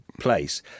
place